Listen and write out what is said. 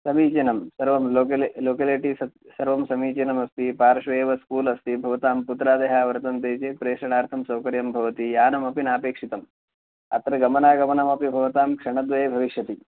समीचीनं सर्वं लोकले लोकलेटीस् सर्वं समीचीनमस्ति पार्श्वे एव स्कूल् अस्ति भवतां पुत्रादयः वर्तन्ते चेत् प्रेषणार्थं सौकर्यं भवति यानमपि नापेक्षितम् अत्र गमनागमनमपि भवतां क्षणद्वये भविष्यति